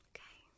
Okay